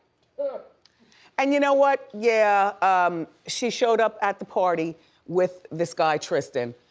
ah and you know what, yeah um she showed up at the party with this guy tristan.